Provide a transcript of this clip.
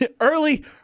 Early